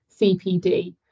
CPD